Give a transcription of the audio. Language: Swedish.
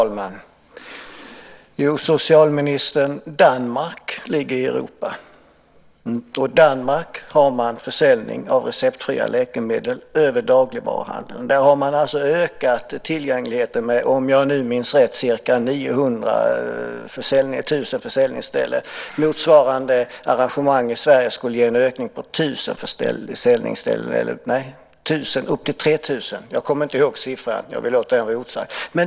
Fru talman! Danmark ligger i Europa, socialministern. I Danmark har man försäljning av receptfria läkemedel i dagligvaruhandeln. Där har man ökat tillgängligheten med, om jag nu minns rätt, ca 1 000 försäljningsställen. Motsvarande arrangemang i Sverige skulle ge en ökning på upp till 3 000. Jag kommer inte ihåg siffran. Jag vill låta det vara osagt.